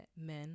men